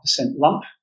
lump